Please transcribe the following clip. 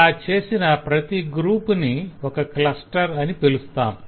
అలా చేసిన ప్రతి గ్రూపుని ఒక క్లస్టర్ అని పిలుస్తాం